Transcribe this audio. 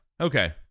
Okay